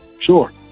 Sure